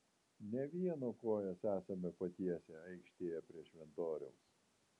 ne vieno kojas esam patiesę aikštėje prie šventoriaus